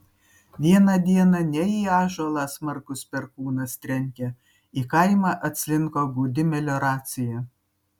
vieną dieną ne į ąžuolą smarkus perkūnas trenkė į kaimą atslinko gūdi melioracija